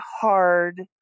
hard